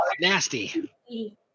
nasty